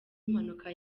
impanuka